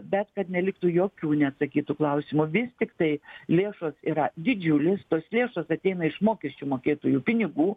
bet kad neliktų jokių neatsakytų klausimų vis tiktai lėšos yra didžiulis tos lėšos ateina iš mokesčių mokėtojų pinigų